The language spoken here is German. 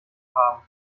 haben